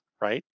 right